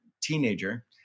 Teenager